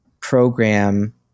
program